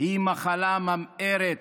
היא מחלה ממארת,